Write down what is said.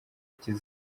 kiziba